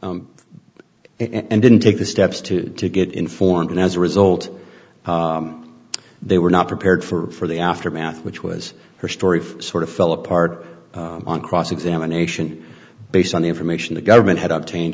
and didn't take the steps to get informed and as a result they were not prepared for the aftermath which was her story sort of fell apart on cross examination based on the information the government had obtained